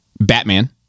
Batman